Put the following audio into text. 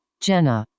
Jenna